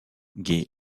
gai